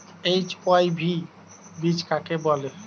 HYV বীজ কাকে বলে?